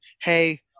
Hey